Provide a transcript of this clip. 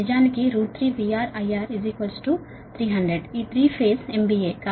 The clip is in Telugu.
నిజానికి 3 VR IR 300 ఈ 3 ఫేజ్ MVA